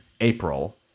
April